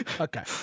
okay